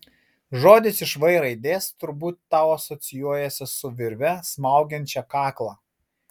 žodis iš v raidės turbūt tau asocijuojasi su virve smaugiančia kaklą